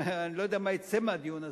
אני לא יודע מה יצא מהדיון הזה,